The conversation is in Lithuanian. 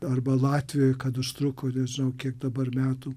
arba latvijoj kad užtruko nežinau kiek dabar metų